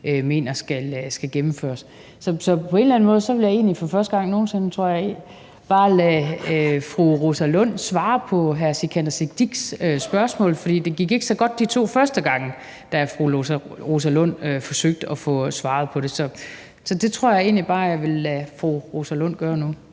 mener skal gennemføres. Så på en eller anden måde vil jeg egentlig bare – for første gang nogen sinde, tror jeg – lade fru Rosa Lund svare på hr. Sikandar Siddiques spørgsmål, for det gik ikke så godt de to første gange, da fru Rosa Lund forsøgte at få svaret på det. Så det tror jeg egentlig bare at jeg vil lade fru Rosa Lund gøre nu.